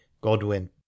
godwin